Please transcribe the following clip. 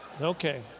Okay